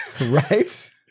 Right